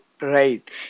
Right